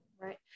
right